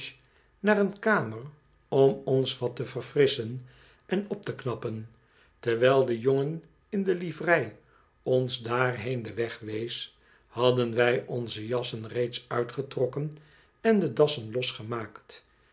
naar een kamer om ons wat te verfrisschen en op te knappen terwijl de jongen in de livrei ons daarheen de weg wees hadden wij onze jassen reeds uitgetrokken en do dassen losgemaakt